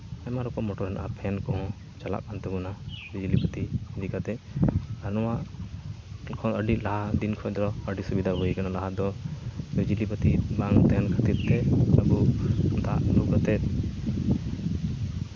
ᱟᱭᱢᱟ ᱨᱚᱠᱚᱢ ᱢᱚᱴᱚᱨ ᱢᱮᱱᱟᱜᱼᱟ ᱯᱷᱮᱱ ᱠᱚᱦᱚᱸ ᱪᱟᱞᱟᱜ ᱠᱟᱱ ᱛᱟᱵᱚᱱᱟ ᱵᱤᱡᱽᱞᱤ ᱵᱟᱹᱛᱤ ᱤᱫᱤ ᱠᱟᱛᱮᱫ ᱟᱨ ᱱᱚᱣᱟ ᱠᱷᱚᱱ ᱟᱹᱰᱤ ᱞᱟᱦᱟ ᱫᱤᱱ ᱠᱷᱚᱱ ᱫᱚ ᱟᱹᱰᱤ ᱥᱩᱵᱤᱫᱟ ᱦᱩᱭ ᱠᱟᱱᱟ ᱞᱟᱦᱟ ᱫᱚ ᱵᱤᱡᱽᱞᱤ ᱵᱟᱹᱛᱤ ᱵᱟᱝ ᱛᱟᱦᱮᱱ ᱠᱷᱟᱹᱛᱤᱨ ᱛᱮ ᱟᱵᱚ ᱫᱟᱜ ᱞᱩ ᱠᱟᱛᱮᱫ